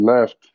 left